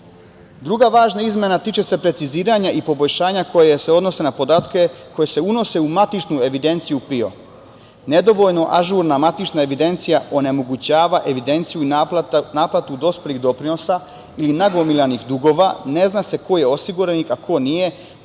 važna izmena tiče se preciziranja i poboljšanja koje se odnose na podatke koje se unose u matičnu evidenciju PIO, nedovoljno ažurna matična evidencija onemogućava evidenciju i naplatu dospelih doprinosa ili nagomilanih dugova ne zna se ko je osiguranik, a ko nije,